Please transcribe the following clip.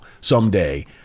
someday